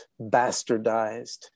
bastardized